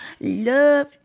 Love